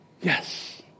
Yes